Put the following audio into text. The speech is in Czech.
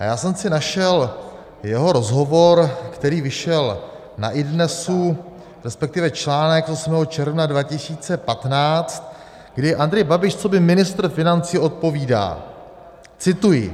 Já jsem si našel jeho rozhovor, který vyšel na idnesu, resp. článek z 8. června 2015, kdy Andrej Babiš coby ministr financí odpovídá cituji: